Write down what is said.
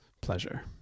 pleasure